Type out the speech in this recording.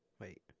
wait